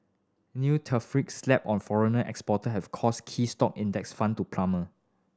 new tariffs slapped on foreign exporter have caused key stock index fund to plummet